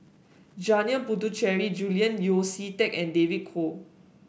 Janil Puthucheary Julian Yeo See Teck and David Kwo